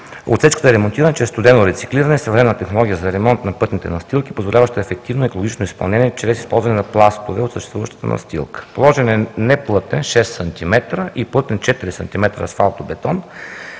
Отсечката е ремонтиране чрез студено рециклиране, съвременна технология за ремонт на пътните настилки, позволяваща ефективно, екологично изпълнение чрез използване на пластове от съществуващата настилка. Положен е неплътен – 6 см, и плътен – 4 см асфалтобетон.